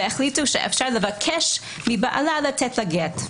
והחליטו שאפשר לבקש מבעלה לתת לה גט.